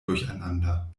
durcheinander